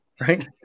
right